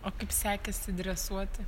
o kaip sekėsi dresuoti